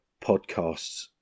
podcasts